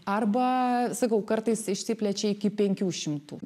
arba sakau kartais išsiplečia iki penkių šimtų